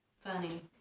funny